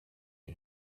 you